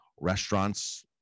restaurants